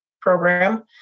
program